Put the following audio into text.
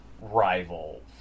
Rival